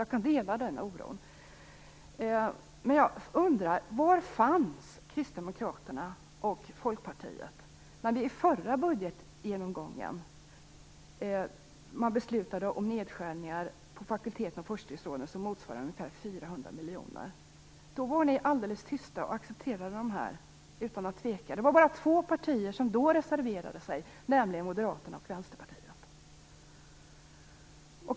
Jag delar denna oro. Folkpartiet när det i förra budgetbehandlingen beslutades om nedskärningar för fakulteterna och forskningsråden, som motsvarade ungefär 4 miljoner kronor. Då var ni alldeles tysta och accepterade nedskärningarna utan att tveka. Det var bara två partier som då reserverade sig, nämligen Moderaterna och Vänsterpartiet.